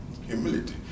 humility